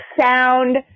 sound